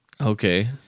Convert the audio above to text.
Okay